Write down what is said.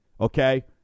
Okay